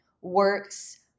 works